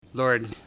Lord